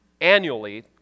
annually